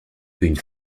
une